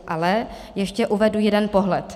Ale ještě uvedu jeden pohled.